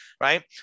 Right